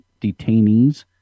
detainees